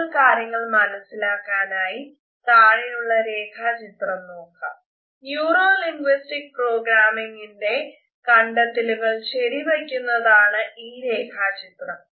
neuro linguistics പ്രോഗ്രാമിങ്ങിന്റെ കണ്ടെത്തലുകൾ ശരി വയ്ക്കുന്നതാണ് ഈ രേഖാചിത്രം